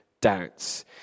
doubts